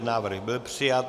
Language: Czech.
Návrh byl přijat.